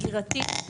הגירתית,